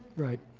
right.